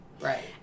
Right